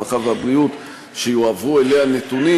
הרווחה והבריאות שיועברו אליה הנתונים,